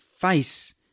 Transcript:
face